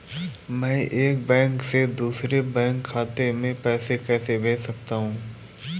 मैं एक बैंक से दूसरे बैंक खाते में पैसे कैसे भेज सकता हूँ?